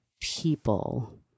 people